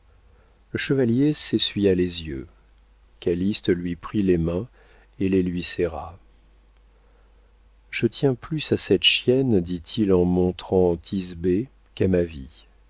le chevalier s'essuya les yeux calyste lui prit les mains et les lui serra je tiens plus à cette chienne dit-il en montrant thisbé qu'à ma vie